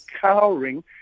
cowering